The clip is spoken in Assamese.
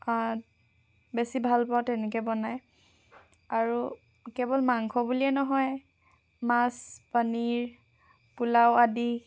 বেছি ভালপাওঁ তেনেকৈ বনায় আৰু কেৱল মাংস বুলিয়ে নহয় মাছ পনীৰ পোলাও আদি